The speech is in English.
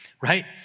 right